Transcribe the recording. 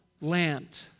land